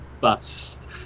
bust